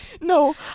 No